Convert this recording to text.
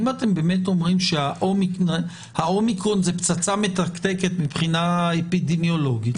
אם אתם באמת אומרים שהאומיקרון זה פצצה מתקתקת מבחינה אפידמיולוגית,